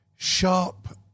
Sharp